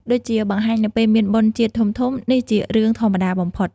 ដូចជាបង្ហាញនៅពេលមានបុណ្យជាតិធំៗ នេះជារឿងធម្មតាបំផុត។